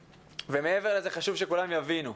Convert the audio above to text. מעבר לזה, חשוב שכולם יבינו,